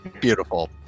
beautiful